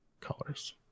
colors